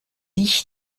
ich